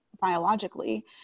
biologically